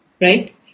right